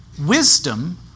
Wisdom